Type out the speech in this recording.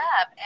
up